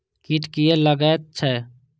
कीट किये लगैत छै?